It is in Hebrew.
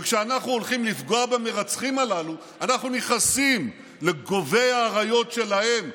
וכשאנחנו הולכים לפגוע במרצחים הללו אנו נכנסים לגובי האריות שלהם,